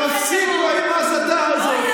תפסיקו עם ההסתה הזאת.